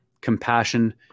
compassion